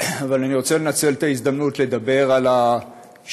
אבל אני רוצה לנצל את ההזדמנות לדבר על השמועות,